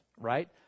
right